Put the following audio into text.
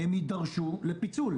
הם יידרשו לפיצול,